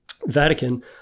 Vatican